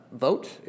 vote